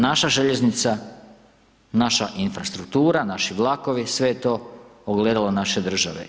Naša željeznica, naša infrastruktura, naši vlakovi, sve je to ogledalo naše države.